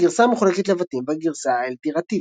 הגרסה המחולקת לבתים והגרסה האליטרטיבית.